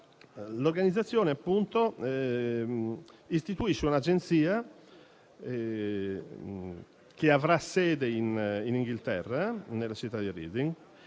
L'organizzazione istituisce un'agenzia che avrà sede in Inghilterra, nella città di Reading.